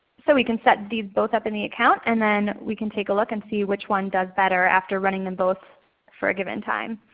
so we can set these both up in the account and then we can take a look and see which one does better after running them both for a given time.